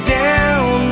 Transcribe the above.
down